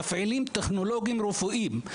מפעילים טכנולוגים רפואיים.